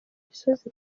imisozi